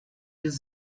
jest